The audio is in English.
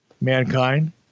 mankind